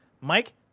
Mike